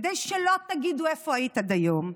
כדי שלא תגידו: איפה היית עד היום?